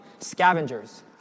scavengers